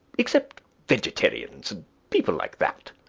except vegetarians and people like that.